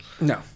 No